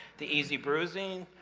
the easy bruising,